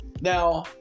now